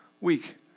week